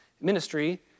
Ministry